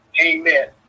Amen